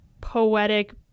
poetic